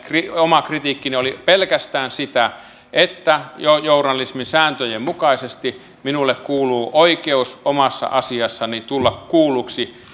oma kritiikkini ylelle oli pelkästään sitä että journalismin sääntöjen mukaisesti minulle kuuluu oikeus omassa asiassani tulla kuulluksi